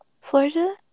Florida